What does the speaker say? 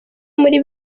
muri